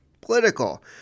Political